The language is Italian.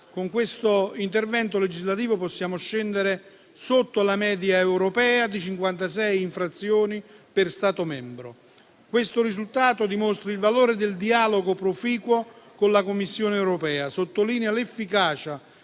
con questo intervento legislativo possiamo scendere sotto la media europea di cinquantasei infrazioni per Stato membro. Questo risultato dimostra il valore del dialogo proficuo con la Commissione europea; sottolinea l'efficacia